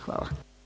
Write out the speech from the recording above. Hvala.